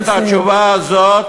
את התשובה הזאת,